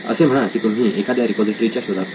असे म्हणा की तुम्ही एखाद्या रिपॉझिटरी च्या शोधात आहात